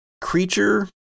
creature